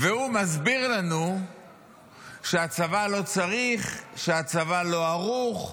והוא מסביר לנו שהצבא לא צריך, שהצבא לא ערוך.